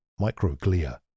microglia